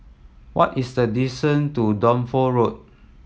what is the to Dunsfold Road